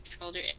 Shoulder